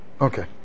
Okay